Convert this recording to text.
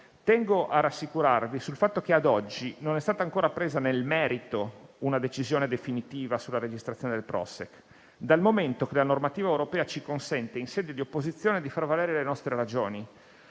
tengo a rassicurarvi sul fatto che ad oggi non è stata ancora presa nel merito una decisione definitiva sulla registrazione del Prošek, dal momento che la normativa europea ci consente, in sede di opposizione, di fare valere le nostre ragioni.